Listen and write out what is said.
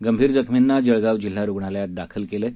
गंभीर जखमींना जळगाव जिल्हा रुग्णालयात दाखल केलं आहे